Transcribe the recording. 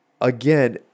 Again